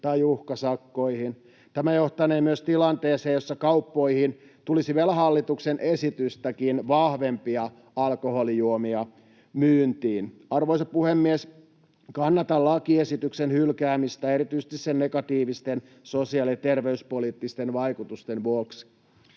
tai uhkasakkoihin. Tämä johtanee myös tilanteeseen, jossa kauppoihin tulisi vielä hallituksen esitystäkin vahvempia alkoholijuomia myyntiin. Arvoisa puhemies! Kannatan lakiesityksen hylkäämistä erityisesti sen negatiivisten sosiaali- ja terveyspoliittisten vaikutusten vuoksi.